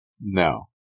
No